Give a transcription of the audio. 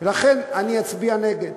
ולכן אני אצביע נגד.